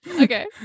okay